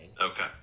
okay